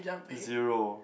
zero